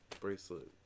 bracelet